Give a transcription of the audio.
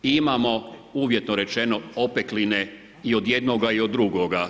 I imamo uvjetno rečeno opekline i od jednoga i od drugoga.